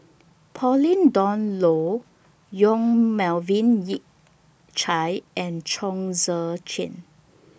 Pauline Dawn Loh Yong Melvin Yik Chye and Chong Tze Chien